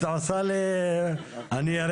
אדוני,